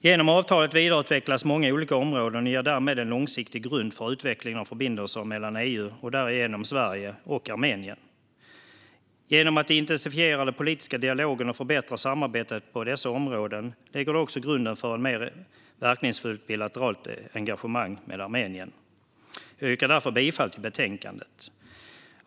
Genom avtalet vidareutvecklas många olika områden, och det ger därmed en långsiktig grund för utvecklingen av förbindelserna mellan EU - och därigenom Sverige - och Armenien. Genom att det intensifierar den politiska dialogen och förbättrar samarbetet på dessa områden lägger det också grunden för ett mer verkningsfullt bilateralt engagemang med Armenien. Jag yrkar därför bifall till utskottets förslag.